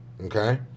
Okay